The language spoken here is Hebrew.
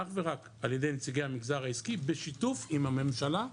אך ורק על ידי נציגי המגזר העסקי בשיתוף עם הממשלה.